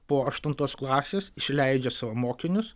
po aštuntos klasės išleidžia savo mokinius